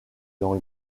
dans